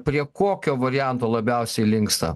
prie kokio varianto labiausiai linksta